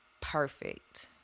perfect